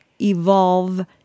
evolve